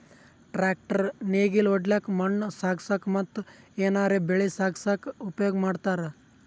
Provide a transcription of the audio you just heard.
tractor ನೇಗಿಲ್ ಹೊಡ್ಲಿಕ್ಕ್ ಮಣ್ಣ್ ಸಾಗಸಕ್ಕ ಮತ್ತ್ ಏನರೆ ಬೆಳಿ ಸಾಗಸಕ್ಕ್ ಉಪಯೋಗ್ ಮಾಡ್ತಾರ್